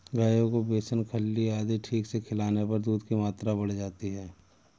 गायों को बेसन खल्ली आदि ठीक से खिलाने पर दूध की मात्रा बढ़ जाती है